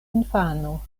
infano